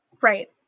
Right